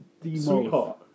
Sweetheart